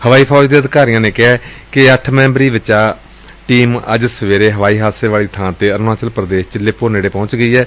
ਹਵਾਈ ਫੌਜ ਦੇ ਅਧਿਕਾਰੀਆਂ ਨੇ ਕਿਹੈ ਕਿ ਏ ਮੈਂਬਰੀ ਬਚਾਅ ਟੀਮ ਅੱਜ ਸਵੇਰੇ ਹਵਾਈ ਹਾਦਸੇ ਵਾਲੀ ਥਾਂ ਤੇ ਅਰੁਣਾਚਲ ਪ੍ਦੇਸ਼ ਚ ਲਿਪੋ ਨੇੜੇ ਪਹੁੰਚ ਗਿਐ